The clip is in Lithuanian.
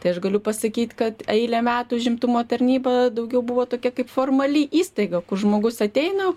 tai aš galiu pasakyt kad eilę metų užimtumo tarnyba daugiau buvo tokia kaip formali įstaiga kur žmogus ateina